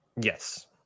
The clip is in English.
Yes